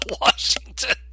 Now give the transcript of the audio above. Washington